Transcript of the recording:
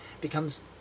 becomes